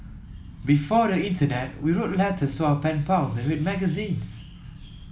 before the internet we wrote letters to our pen pals and read magazines